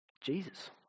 Jesus